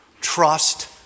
trust